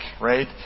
right